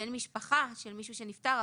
בן משפחה של מישהו שנפטר,